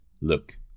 look